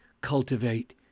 cultivate